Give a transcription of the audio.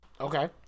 Okay